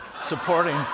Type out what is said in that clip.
supporting